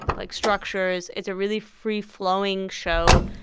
like, structures. it's a really free-flowing show.